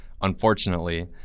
unfortunately